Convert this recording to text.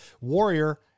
Warrior